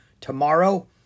Tomorrow